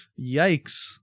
Yikes